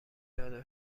چادر